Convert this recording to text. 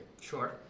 Sure